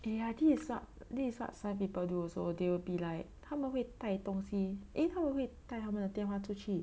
eh ya this is what this is what some people do also they will be like 他们会带东西因为他们会带他们的电话出去